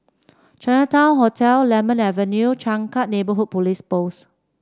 Chinatown Hotel Lemon Avenue Changkat Neighbourhood Police Post